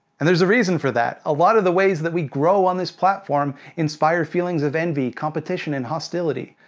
and there's a reason for that a lot of the ways that we grow on this platform inspire feelings of envy, competition and hostility,